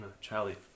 Charlie